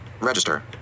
Register